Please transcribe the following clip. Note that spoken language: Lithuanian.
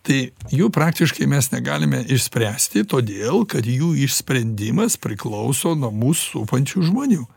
tai jų praktiškai mes negalime išspręsti todėl kad jų išsprendimas priklauso nuo mus supančių žmonių